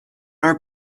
are